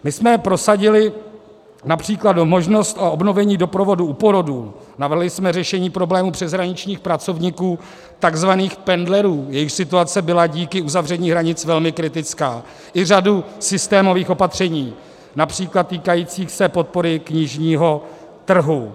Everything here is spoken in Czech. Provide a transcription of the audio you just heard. My jsme prosadili například možnost obnovení doprovodů u porodů, navrhli jsme řešení problémů přeshraničních pracovníků, takzvaných pendlerů, jejichž situace byla díky uzavření hranic velmi kritická, i řadu systémových opatření, například týkajících se podpory knižního trhu.